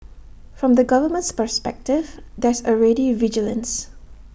from the government's perspective there's already vigilance